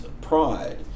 pride